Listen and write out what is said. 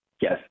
Yes